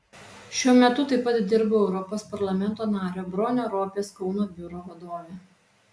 šiuo metu taip pat dirbu europos parlamento nario bronio ropės kauno biuro vadove